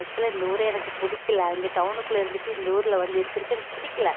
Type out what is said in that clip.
ஆக்ச்சுவலா இந்த ஊரே எனக்கு பிடிக்கல அங்கே டவுனுக்குள்ள இருந்துட்டு இந்த ஊரில் வந்து இருக்கிறக்கு எனக்கு பிடிக்கல